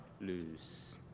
lose